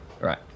Right